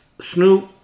Snoop